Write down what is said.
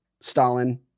Stalin